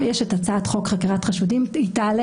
יש את הצעת חוק חקירת חשודים והיא תעלה